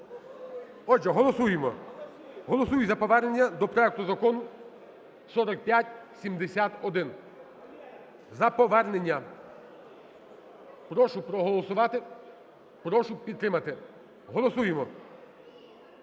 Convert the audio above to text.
Отже, голосуємо, голосуємо за повернення до проекту Закону 4571. За повернення. Прошу проголосувати, прошу підтримати, голосуємо.